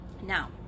now